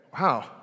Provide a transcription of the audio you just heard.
wow